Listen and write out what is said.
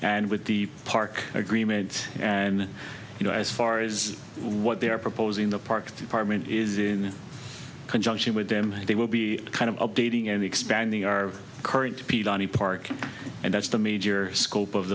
and with the park agreement and you know as far as what they're proposing the parks department is in conjunction with them they will be kind of updating and expanding our current peed on the park and that's the major scope of